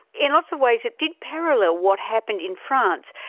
in lots of ways it did parallel what happened in france,